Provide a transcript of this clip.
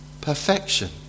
perfection